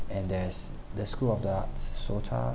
and there's the school of the arts SOTA